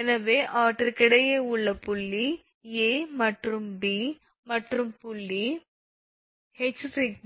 எனவே அவற்றுக்கிடையே உள்ள புள்ளி A மற்றும் B மற்றும் புள்ளி ℎ